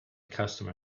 customer